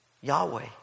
Yahweh